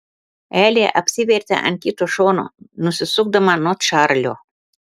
elė apsivertė ant kito šono nusisukdama nuo čarlio